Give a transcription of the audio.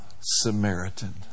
Samaritan